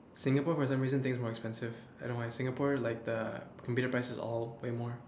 Singapore for some reason things are more expensive I don't know why Singapore like the computer prices is all way more